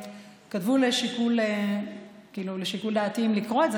כתבו שזה לשיקול דעתי אם לקרוא את זה.